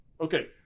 Okay